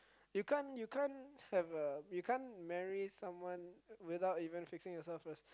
you can't you can't have a you can't marry someone without even fixing yourself first